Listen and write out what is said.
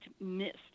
missed